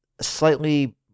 slightly